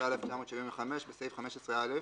התשל"ה 1975 בסעיף 15(א)